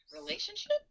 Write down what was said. Relationship